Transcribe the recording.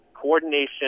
coordination